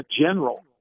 general